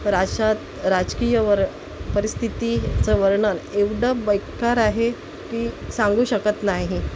राज्यात राजकीयावर परिस्थितीचं वर्णन एवढं बेकार आहे की सांगू शकत नाही